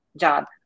job